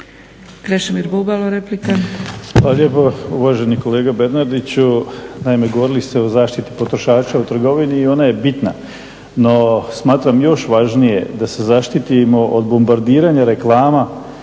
Krešimir Bubalo, replika.